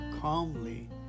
calmly